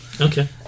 Okay